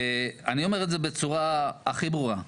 אני אומר את זה בצורה הכי ברורה,